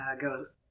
goes